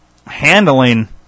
handling